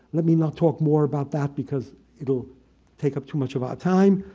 let me not talk more about that because it will take up too much of our time.